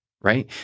right